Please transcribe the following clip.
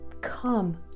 come